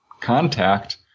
contact